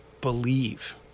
believe